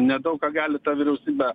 nedaug ką gali ta vyriausybė